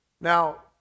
Now